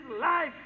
life